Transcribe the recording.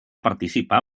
participar